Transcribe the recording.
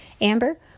Amber